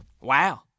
Wow